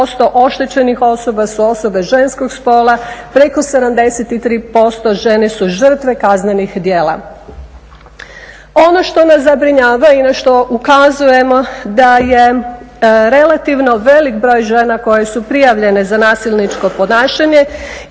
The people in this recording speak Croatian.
oštećenih osoba su osobe ženskog spola, preko 73% žene su žrtve kaznenih djela. Ono što nas zabrinjava i na što ukazujemo da je relativno velik broj žena koje su prijavljene za nasilničko ponašanje